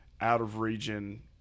out-of-region